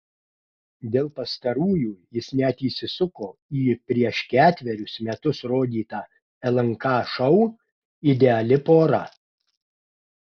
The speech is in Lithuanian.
dėl pastarųjų jis net įsisuko į prieš ketverius metus rodytą lnk šou ideali pora